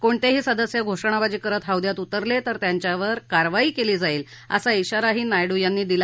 कोणतेही सदस्य घोषणाबाजी करत हौद्यात उतरले तर त्यांच्यावर कारवाई केली जाईल असा श्राारा नायडू यांनी दिला